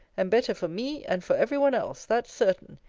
and better for me, and for every one else that's certain.